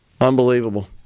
Unbelievable